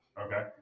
Okay